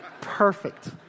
perfect